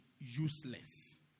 useless